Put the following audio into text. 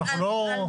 אנחנו לא,